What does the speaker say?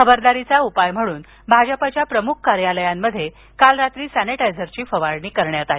खबरदारीचा उपाय म्हणून भाजपच्या प्रमुख कार्यालयांमध्ये काल रात्री सॅनेटाईझरची फवारणी करण्यात आली